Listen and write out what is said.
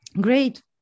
great